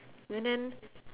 and then